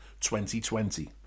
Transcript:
2020